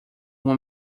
uma